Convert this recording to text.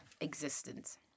existence